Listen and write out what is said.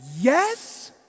yes